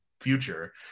future